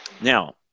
Now